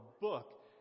book